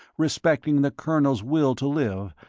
respecting the colonel's will to live,